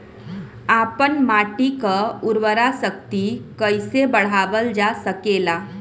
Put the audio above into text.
आपन माटी क उर्वरा शक्ति कइसे बढ़ावल जा सकेला?